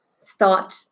start